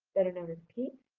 better know and as peat.